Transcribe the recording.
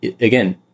again